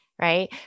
Right